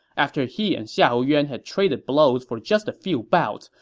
after he and xiahou yuan had traded blows for just a few bouts,